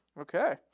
Okay